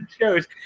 Shows